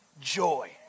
joy